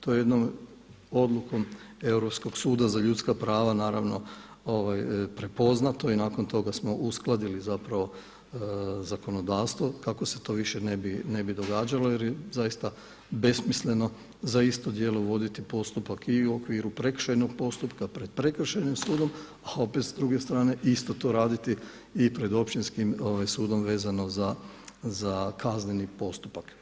To je jednom odlukom Europskog suda za ljudska prava naravno prepoznato i nakon toga smo uskladili zapravo zakonodavstvo kako se to više ne bi događalo jer je zaista besmisleno za isto djelo voditi postupak i u okviru prekršajnog postupka pred prekršajnim sudom a opet s druge strane i isto to raditi i pred općinskim sudom vezano za kazneni postupak.